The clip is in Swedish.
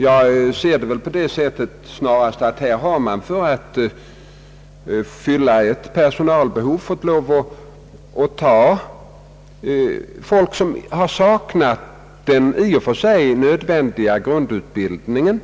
Jag ser det snarast på det sättet, att man för att fylla ett personalbehov fått lov att ta folk som saknar den i och för sig nödvändiga grundutbildning